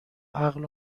عقل